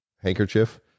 handkerchief